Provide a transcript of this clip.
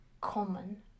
common